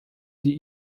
sie